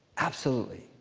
absolutely.